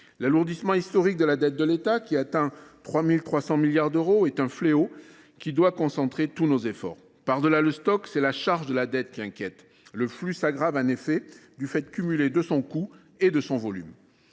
L’alourdissement historique de la dette de l’État, qui atteint 3 300 milliards d’euros, est un fléau qui doit concentrer tous nos efforts. Par delà le stock, c’est la charge de la dette qui inquiète : le flux s’aggrave, en effet, du fait cumulé de son coût et de son volume.